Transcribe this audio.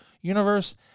Universe